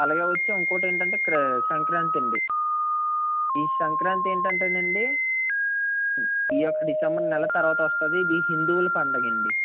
అలాగే వచ్చు ఇంకోటేంటి అంటే ఇక్కడ సంక్రాంతి అండి ఈ సంక్రాంతి ఏంటంటేనండి ఈ యొక్క డిసెంబర్ నెల తర్వాత వస్తుంది ఇది హిందువుల పండుగ అండి